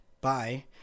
bye